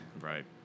Right